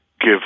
give